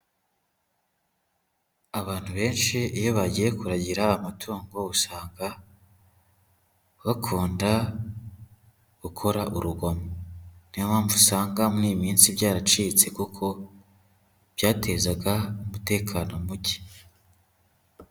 Abantu benshi iyo bagiye kuragira amatungo usanga bakunda gukora urugomo, niyo mpamvu usanga muri iyi minsi byaracitse kuko byatezaga umutekano muke.